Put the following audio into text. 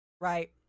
right